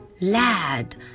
Lad